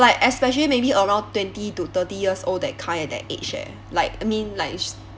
like especially maybe around twenty to thirty years old that kind eh that age eh like I mean like